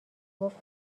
گفت